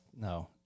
no